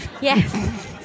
Yes